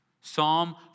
Psalm